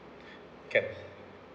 can